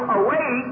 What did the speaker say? away